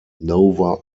nova